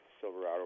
Silverado